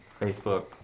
facebook